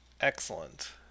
Excellent